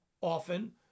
often